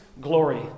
glory